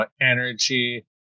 energy